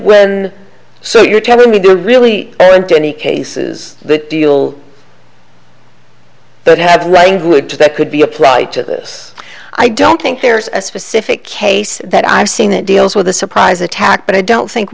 when so you're telling me there really isn't any cases that deal that have language that could be applied to this i don't think there's a specific case that i've seen that deals with a surprise attack but i don't think